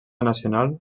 nacional